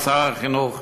שר החינוך,